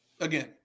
again